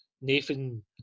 Nathan